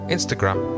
Instagram